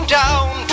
down